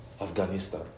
Afghanistan